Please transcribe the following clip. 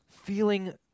feeling